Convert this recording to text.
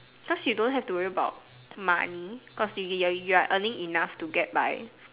so she you don't have to worry about money cause you you you're you're earning enough to get by